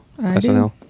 SNL